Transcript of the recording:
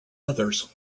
others